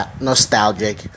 nostalgic